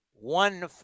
One